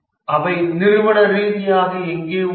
அவை நிறுவன ரீதியாக எங்கே உள்ளன